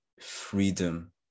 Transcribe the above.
freedom